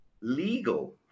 legal